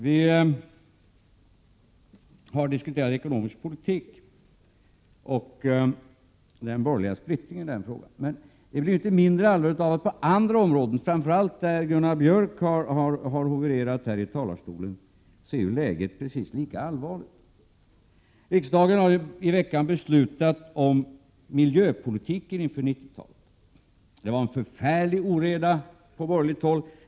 Vi har diskuterat ekonomisk politik och den borgerliga splittringen i den frågan. Men det blir inte mindre allvarligt av att även på andra områden, framför allt där Gunnar Björk har hoverat här i talarstolen, är läget precis lika allvarligt. Riksdagen har i veckan beslutat om miljöpolitiken inför 90-talet. Det var en förfärlig oreda på borgerligt håll.